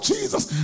Jesus